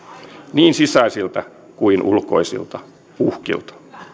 niin sisäisiltä kuin ulkoisilta uhkilta